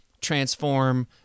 transform